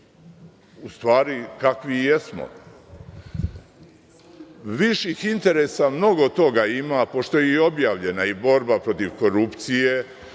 u stvari kakvi i jesmo. Viših interesa, mnogo toga ima, pošto je i objavljena borba protiv korupcije.